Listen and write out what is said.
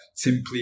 simply